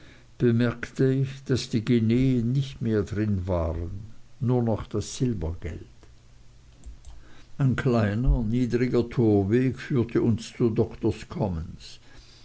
bemerkte ich daß die guineen nicht mehr drin waren nur noch das silbergeld ein kleiner niedriger torweg führte uns zu doktors commons